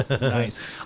Nice